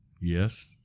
Yes